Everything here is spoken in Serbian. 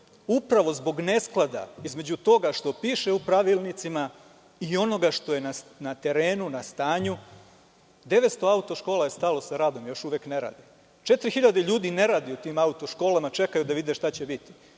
upravo zbog nesklada između toga što piše u pravilnicima i onoga što je na terenu, na stanju 900 auto škola je stalo sa radom. Još uvek ne rade. Četiri hiljade ljudi još uvek ne radi u tim auto školama, čekaju da vide šta će biti.